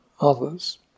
others